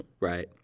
right